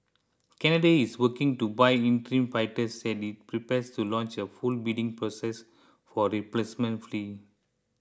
Canada is working to buy interim fighters as it prepares to launch a full bidding process for replacement fleet